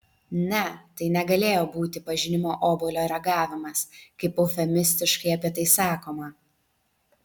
ne tai negalėjo būti pažinimo obuolio ragavimas kaip eufemistiškai apie tai sakoma